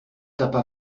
tapa